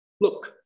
Look